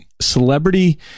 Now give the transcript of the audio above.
celebrity